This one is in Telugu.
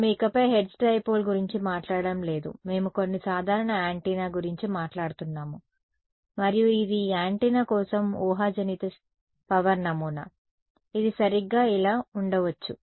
మేము ఇకపై హెర్ట్జ్ డైపోల్ గురించి మాట్లాడటం లేదు మేము కొన్ని సాధారణ యాంటెన్నా గురించి మాట్లాడుతున్నాము మరియు ఇది ఈ యాంటెన్నా కోసం ఊహాజనిత పవర్ నమూనా ఇది సరిగ్గా ఇలా ఉండవచ్చు